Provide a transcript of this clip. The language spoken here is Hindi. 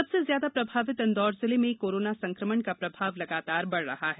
सबसे ज्यादा प्रभावित इंदौर जिले में कोरोना संक्रमण का प्रभाव लगातार बढ़ रहा है